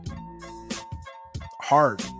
hard